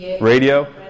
radio